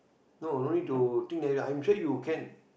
no no need to think there I'm sure you can